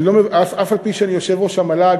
אף-על-פי שאני יושב-ראש המל"ג,